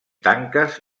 tanques